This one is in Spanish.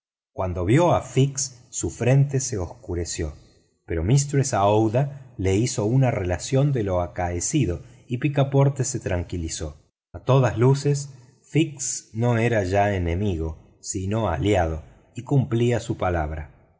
cuando vio a fix su frente se oscureció pero mistress aouida le hizo una relación de lo acaecido y picaporte se tranquilizó a todas luces fix no era ya enemigo sino aliado y cumplía su palabra